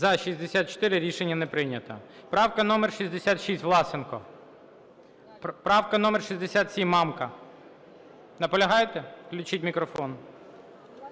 За-64 Рішення не прийнято. Правка номер 66, Власенко. Правка номер 67, Мамка. Наполягаєте? Включіть мікрофон.